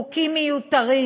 חוקים מיותרים,